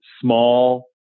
small